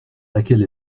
laquelle